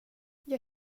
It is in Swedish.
jag